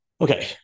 Okay